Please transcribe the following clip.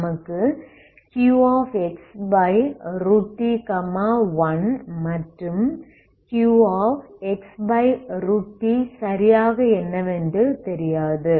நமக்கு Qxt 1 மற்றும் qxt சரியாக என்னவென்று தெரியாது